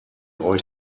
euch